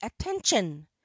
attention